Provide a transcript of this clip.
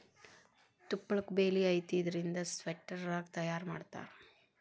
ತುಪ್ಪಳಕ್ಕು ಬೆಲಿ ಐತಿ ಇದರಿಂದ ಸ್ವೆಟರ್, ರಗ್ಗ ತಯಾರ ಮಾಡತಾರ